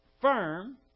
firm